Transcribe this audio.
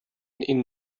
این